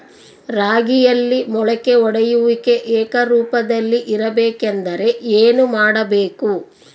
ರಾಗಿಯಲ್ಲಿ ಮೊಳಕೆ ಒಡೆಯುವಿಕೆ ಏಕರೂಪದಲ್ಲಿ ಇರಬೇಕೆಂದರೆ ಏನು ಮಾಡಬೇಕು?